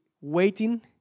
waiting